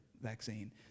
vaccine